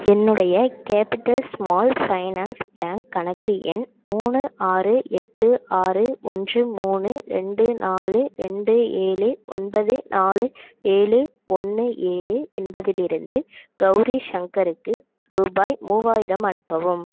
என்னுடைய capital small finance bank கணக்கு எண் மூணு ஆறு எட்டு ஆறு ஒன்று மூணு ரெண்டு நாலு ரெண்டு ஏழு ஒன்பது நாலு ஏழு ஒன்று ஏழு என்பதிலிருந்து கௌரி சங்கருக்கு ரூபாய் மூவாயிரம் அனுப்பவும்